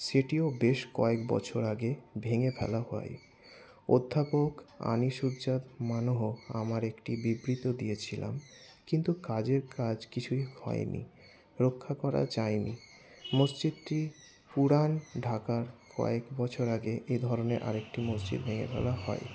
সেটিও বেশ কয়েক বছর আগে ভেঙ্গে ফেলা হয় অধ্যাপক আনিসুজ্জাদ মানহ আমার একটি বিবৃত দিয়েছিলাম কিন্তু কাজের কাজ কিছুই হয়নি রক্ষা করা যায়নি মসজিদটি পুরান ঢাকার কয়েক বছর আগে এ ধরনের আরেকটি মসজিদ ভেঙ্গে ফেলা হয়